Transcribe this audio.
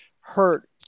hurt